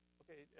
okay